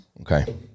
Okay